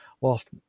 whilst